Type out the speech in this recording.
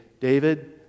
David